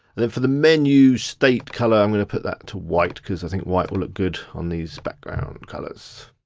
and then for the menu state colour, i'm gonna put that to white, cause i think white will look good on these background colours,